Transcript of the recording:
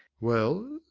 well,